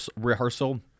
rehearsal